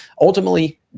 ultimately